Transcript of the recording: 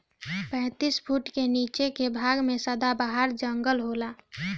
पैतीस फुट के नीचे के भाग में सदाबहार जंगल होला